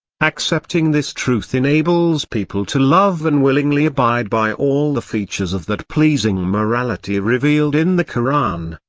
accepting this truth enables people to love and willingly abide by all the features of that pleasing morality revealed in the koran,